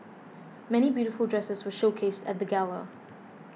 many beautiful dresses were showcased at the gala